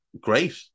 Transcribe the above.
great